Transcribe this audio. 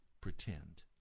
pretend